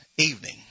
evening